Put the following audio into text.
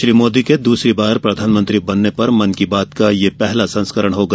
श्री मोदी के दूसरी बार प्रधानमंत्री बनने पर मन की बात का यह पहला संस्करण होगा